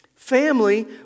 Family